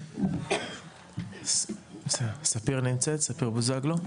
ספיר בוזגלו נמצאת?